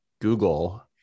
Google